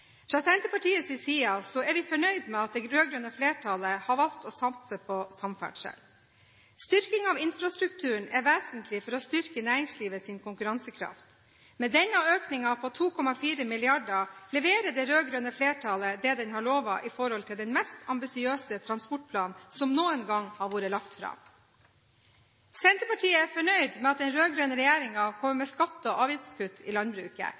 Fra Senterpartiets side er vi fornøyd med at det rød-grønne flertallet har valgt å satse på samferdsel. Styrking av infrastrukturen er vesentlig for å styrke næringslivets konkurransekraft. Med denne økningen på 2,4 mrd. kr leverer det rød-grønne flertallet det man har lovet i forhold til den mest ambisiøse transportplanen som noen gang har vært lagt fram. Senterpartiet er fornøyd med at den rød-grønne regjeringen kommer med skatte- og avgiftskutt i landbruket,